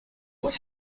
what